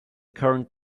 current